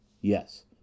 Yes